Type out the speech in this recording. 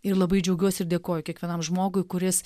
ir labai džiaugiuosi ir dėkoju kiekvienam žmogui kuris